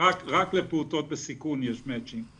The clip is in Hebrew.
רק לפעוטות בסיכון יש מצ'ינג.